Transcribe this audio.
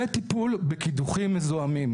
וטיפול בקידוחים מזוהמים.